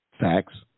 facts